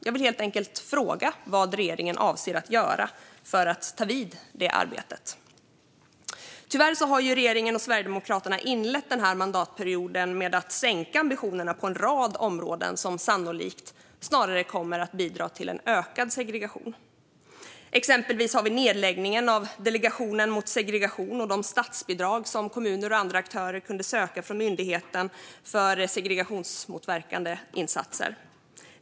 Jag vill helt enkelt fråga vad regeringen avser att göra för att ta vid det arbetet. Tyvärr har regeringen och Sverigedemokraterna inlett mandatperioden med att sänka ambitionerna på en rad områden, vilket sannolikt snarare kommer att bidra till en ökad segregation. Exempelvis har vi nedläggningen av Delegationen mot segregation och med den de statsbidrag som kommuner och andra aktörer kunde söka från myndigheten för segregationsmotverkande insatser.